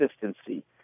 consistency